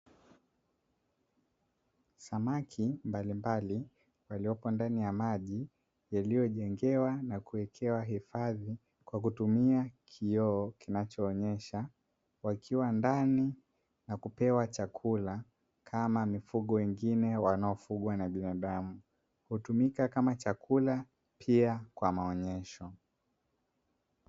Samaki mbalimbali waliopo ndani ya maji yaliyojengewa na kuwekewa hifadhi kwa kutumia kioo kinachoonyesha, wakiwa ndani na kupewa chakula kama mifugo wengine wanaofugwa na binadamu; hutumika kama chakula pia kwa maonyesho.